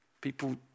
People